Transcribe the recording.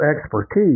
expertise